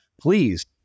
please